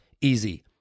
easy